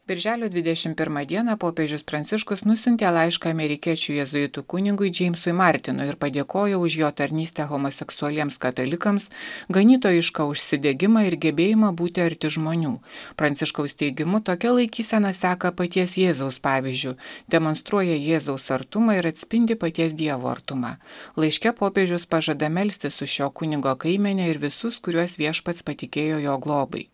birželio dvidešimt pirmą dieną popiežius pranciškus nusiuntė laišką amerikiečių jėzuitų kunigui džeimsui martinui ir padėkojo už jo tarnystę homoseksualiems katalikams ganytojišką užsidegimą ir gebėjimą būti arti žmonių pranciškaus teigimu tokia laikysena seka paties jėzaus pavyzdžiu demonstruoja jėzaus artumą ir atspindi paties dievo artumą laiške popiežius pažada melstis už šio kunigo kaimenę ir visus kuriuos viešpats patikėjo jo globai